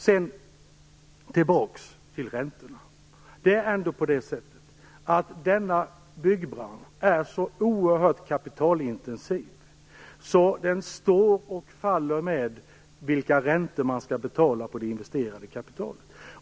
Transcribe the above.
För att gå tillbaka till räntorna kan jag säga att byggbranschen är så oerhört kapitalintensiv att den står och faller med vilka räntor som skall betalas på det investerade kapitalet.